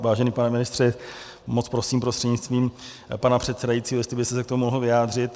Vážený pane ministře, moc prosím prostřednictvím pana předsedajícího, jestli byste se k tomu mohl vyjádřit.